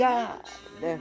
God